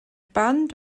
band